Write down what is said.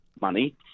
money